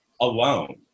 alone